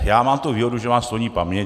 Já mám tu výhodu, že mám sloní paměť.